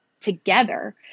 together